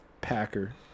Packer